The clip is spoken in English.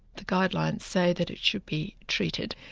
the guidelines say that it should be treated.